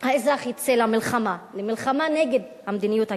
האזרח יצא למלחמה, למלחמה נגד המדיניות הכלכלית.